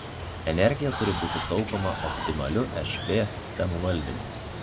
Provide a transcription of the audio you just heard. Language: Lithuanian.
energija turi būti taupoma optimaliu šv sistemų valdymu